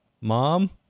Mom